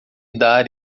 dar